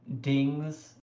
dings